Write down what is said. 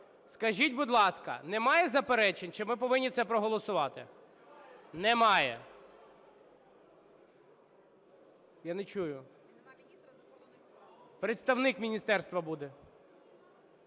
Скажіть, будь ласка, немає заперечень? Чи ми повинні це проголосувати? Немає. Я не чую. Представник міністерства буде.